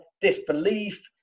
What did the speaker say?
disbelief